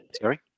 Sorry